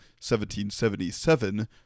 1777